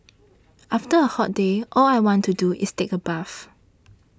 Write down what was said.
after a hot day all I want to do is take a bath